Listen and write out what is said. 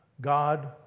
god